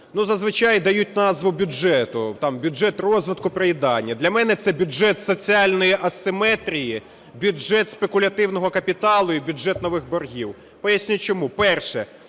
Зазвичай дають назву бюджету, там "бюджет розвитку", "проїдання". Для мене це "бюджет соціальної асиметрії", "бюджет спекулятивного капіталу" і "бюджет нових боргів". Поясню, чому. Перше.